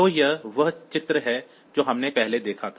तो यह वह चित्र है जो हमने पहले देखा था